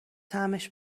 طعمش